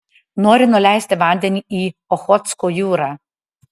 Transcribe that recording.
nori nuleisti vandenį į ochotsko jūrą